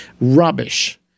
rubbish